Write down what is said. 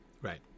Right